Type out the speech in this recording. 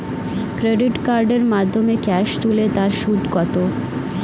Credit কার্ডের মাধ্যমে cash তুলে তার সুদ কত?